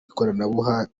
ikoranabuhanga